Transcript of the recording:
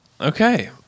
okay